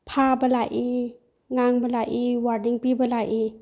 ꯐꯥꯕ ꯂꯥꯛꯏ ꯉꯥꯡꯕ ꯂꯥꯛꯏ ꯋꯥꯔꯗꯤꯡ ꯄꯤꯕ ꯂꯥꯛꯏ